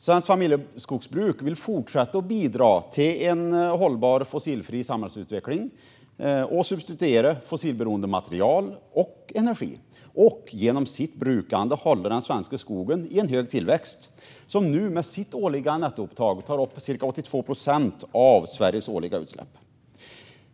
Svenska familjeskogsbruk vill fortsätta att bidra till en hållbar, fossilfri samhällsutveckling och substituera fossilberoende material och energi och genom sitt brukande hålla den svenska skogen i en hög tillväxt - med sitt årliga nettoupptag tar den nu upp ca 82 procent av Sveriges årliga utsläpp.